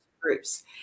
groups